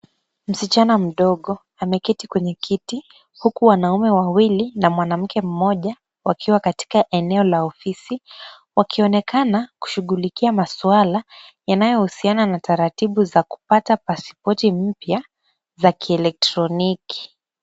Msichana mdogo ameketi kwenye kiti huku wanaume wawili na mwanamke mmoja wakiwa katika eneo la ofisi wakionekana kushughulikia maswala yanayohusiana na utaratibu za kupata pasipoti mpya za kielekroniki.